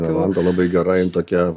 levanda labai gerai jin tokia